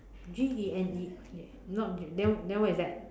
G E N E not then then what is that